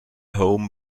home